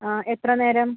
ആ എത്ര നേരം